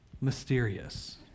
mysterious